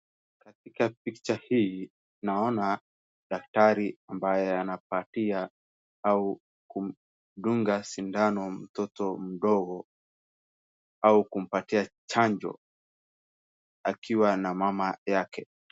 Katika picha hii, naona daktari ambaye anapatia au kumdunga sindano mtoto mdogo au kumpatia chanjo akiwa na mama yake.